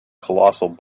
colossal